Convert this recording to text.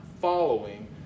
following